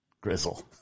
grizzle